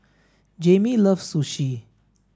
Jamie loves Sushi